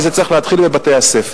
וזה צריך להתחיל בבתי-הספר.